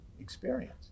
experience